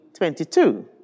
22